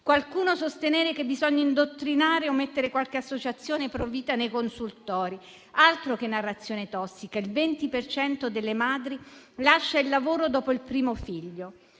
altro sostenere che bisogna indottrinare e omettere qualche associazione pro-vita nei consultori: altro che narrazione tossica, il 20 per cento delle madri lascia il lavoro dopo il primo figlio!